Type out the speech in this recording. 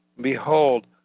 Behold